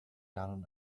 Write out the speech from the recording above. down